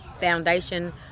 foundation